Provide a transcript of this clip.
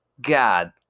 God